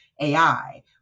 AI